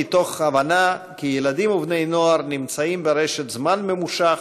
מתוך הבנה שילדים ובני נוער נמצאים ברשת זמן ממושך,